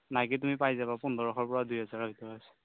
নাইকিৰ তুমি পাই যাবা পোন্ধৰশৰ পৰা দুই হাজাৰৰ ভিতৰত